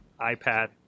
iPad